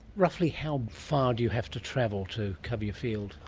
roughly how far do you have to travel to cover your field?